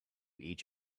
each